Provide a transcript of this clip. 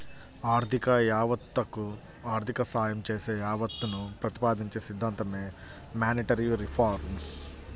ఆర్థిక యావత్తకు ఆర్థిక సాయం చేసే యావత్తును ప్రతిపాదించే సిద్ధాంతమే మానిటరీ రిఫార్మ్